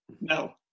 No